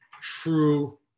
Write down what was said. true